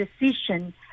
decision